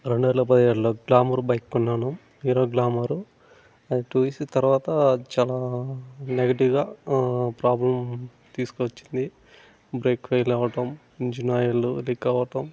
రెండువేల పదిహేడులో glamour bike కొన్నాను హీరో గ్లామరు అది టూ వీక్స్ తర్వాత చాలా నెగటివ్గా ప్రాబ్లమ్ తీసుకు వచ్చింది బ్రేక్ ఫెయిల్ అవ్వటం ఇంజిన్ ఆయిల్ లీక్ అవ్వటం